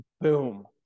Boom